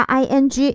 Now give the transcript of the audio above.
ing